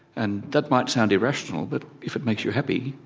and that might sound irrational but if it makes you happy,